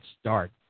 start